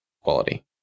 quality